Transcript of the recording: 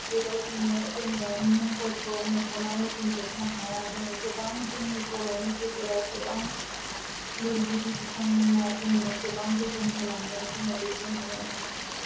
बेबायदिनो जोङो मुंफोरखौ मख'नानै बुंजोबनो हाया जोङो गोबां जोंनि बर'नि गेजेराव गोबां लिरगिरि बिथांमोना जोंनो गोबां गोहोम होलांदों जोङो बिखौ मोन्नो हायो